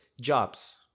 jobs